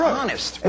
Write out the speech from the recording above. honest